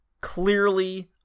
Clearly